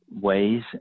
ways